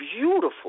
beautiful